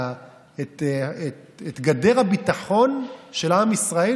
את גדר הביטחון של עם ישראל,